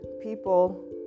people